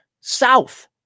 south